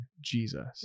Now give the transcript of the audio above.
Jesus